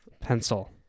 Pencil